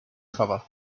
cover